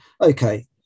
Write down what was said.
Okay